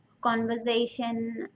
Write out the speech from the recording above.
conversation